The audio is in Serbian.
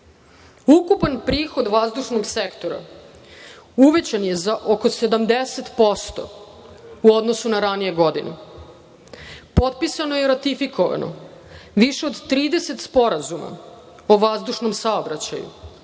Ukupan prihod vazdušnog sektora uvećan je za oko 70% u odnosu na ranije godine. Potpisano je i ratifikovano više od 30 sporazuma o vazdušnom saobraćaju,